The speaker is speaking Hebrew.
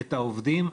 את העובדים.